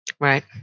Right